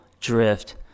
drift